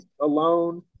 alone